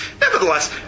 Nevertheless